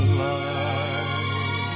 light